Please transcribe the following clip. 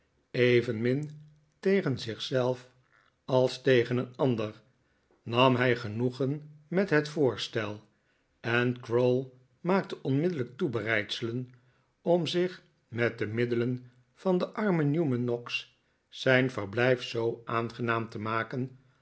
evenmin tegen zich zelf als tegen een ander nam hij genoegen met het voorstel en crowl maakte onmiddellijk toebereidselen om zich met de middelen van den armen newman noggs zijn verblijf zoo aangenaam te maken